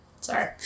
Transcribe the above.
sorry